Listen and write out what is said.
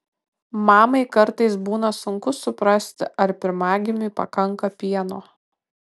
mamai kartais būna sunku suprasti ar pirmagimiui pakanka pieno